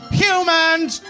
humans